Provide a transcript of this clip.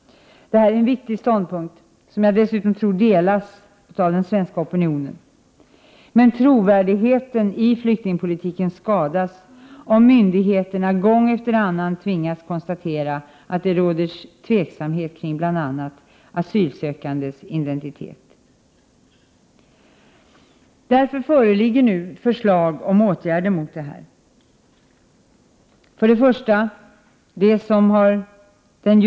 Detta är en viktig ståndpunkt, som jag dessutom tror delas av den svenska opinionen. Men trovärdigheten i flyktingpolitiken skadas om myndigheterna gång efter annan tvingas konstatera att det råder tveksamhet kring bl.a. asylsökandes identitet. —- För det första den åtgärd som har den juridiska termen kroppsvisitation, som inte är detsamma som kroppsbesiktning, utan en möjlighet att söka efter dokument i t.ex. fickor och kläder.